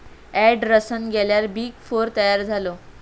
Anderson गेल्यार big four तयार झालो